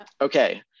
Okay